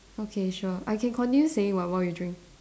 okay sure I can continue saying [what] while you drink